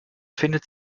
findet